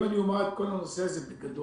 אם אני אומר את כל הנושא הזה בגדול,